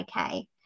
okay